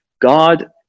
God